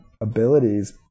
abilities